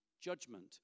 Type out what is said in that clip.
judgment